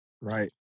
Right